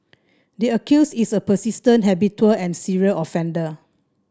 the accused is a persistent habitual and serial offender